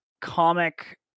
comic